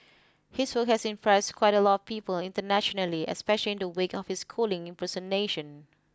his work has impressed quite a lot of people internationally especially in the wake of his schooling impersonation